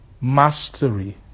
mastery